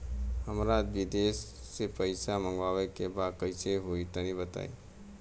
हमरा विदेश से पईसा मंगावे के बा कइसे होई तनि बताई?